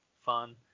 fun